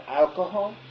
alcohol